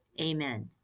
Amen